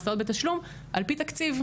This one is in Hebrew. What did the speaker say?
הסעות בתשלום על פי תקציב,